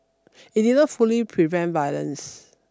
it did not fully prevent violence